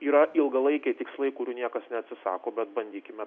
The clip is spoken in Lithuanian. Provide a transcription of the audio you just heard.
yra ilgalaikiai tikslai kurių niekas neatsisako bet bandykime